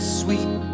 sweet